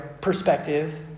perspective